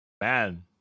man